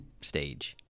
stage